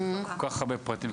כל כך הרבה פרטים,